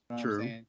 True